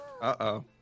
Uh-oh